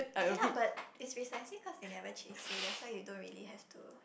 okay lah but it's precisely cause they never chase you that's why you don't really have to